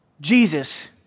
Jesus